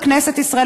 בכנסת ישראל,